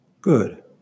Good